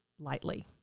Lightly